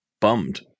bummed